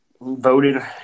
voted